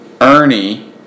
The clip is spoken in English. Ernie